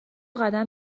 قدم